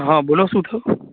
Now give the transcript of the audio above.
હં બોલો શું થયું